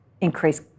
increase